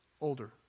older